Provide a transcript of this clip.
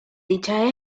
dichas